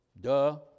Duh